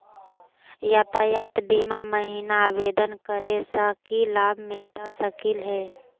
यातायात बीमा महिना आवेदन करै स की लाभ मिलता सकली हे?